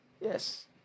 Yes